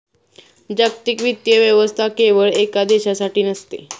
जागतिक वित्तीय व्यवस्था केवळ एका देशासाठी नसते